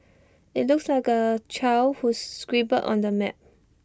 IT looks like A child who scribbled on the map